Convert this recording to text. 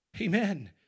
Amen